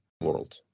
world